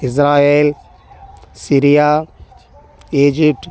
Israel Syria Egypt